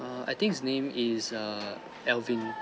err I think his name is err elvin